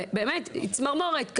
ובאמת, צמרמורת.